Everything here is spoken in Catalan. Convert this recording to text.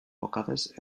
bocades